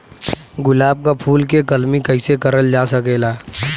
गुलाब क फूल के कलमी कैसे करल जा सकेला?